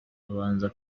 abanza